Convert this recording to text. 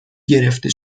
گرفته